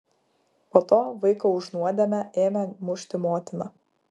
po to vaiką už nuodėmę ėmė mušti motina